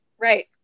Right